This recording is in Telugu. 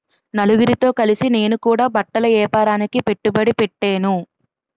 నలుగురితో కలిసి నేను కూడా బట్టల ఏపారానికి పెట్టుబడి పెట్టేను